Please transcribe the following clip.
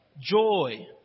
joy